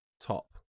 top